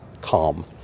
calm